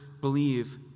believe